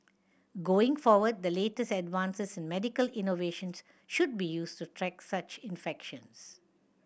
going forward the latest advances in medical innovations should be used to track such infections